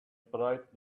bright